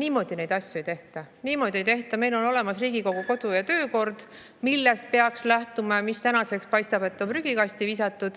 niimoodi neid asju ei tehta. Niimoodi ei tehta! Meil on olemas Riigikogu kodu- ja töökord, millest peaks lähtuma ja mis tänaseks, paistab, on prügikasti visatud.